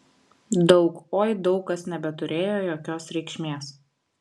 daug oi daug kas nebeturėjo jokios reikšmės